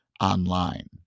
online